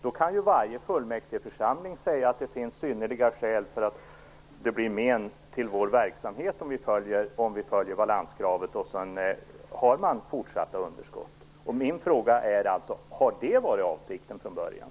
Då kan varje fullmäktigeförsamling säga att det blir till men för verksamheten om man följer balanskravet, och sedan har man fortsatta underskott. Min fråga är alltså: Har det varit avsikten från början?